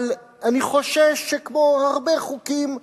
אבל אני חושש, כמו הרבה חוקים,